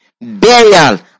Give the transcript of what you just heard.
Burial